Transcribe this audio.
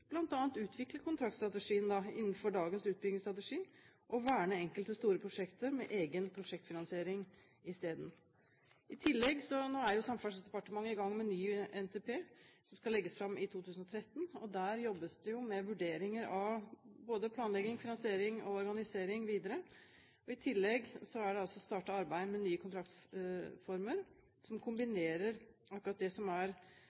bl.a. utvikle kontraktsstrategien innenfor dages utbyggingsstrategi og verne enkelte store prosjekter med egen prosjektfinansiering isteden. Nå er Samferdselsdepartementet i gang med ny NTP, som skal legges fram i 2013. Der jobbes det med vurderinger av både planlegging, finansiering og organisering videre. I tillegg er det startet arbeid med nye kontraktsformer som kombinerer akkurat det som er